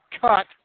cut